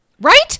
right